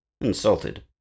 Insulted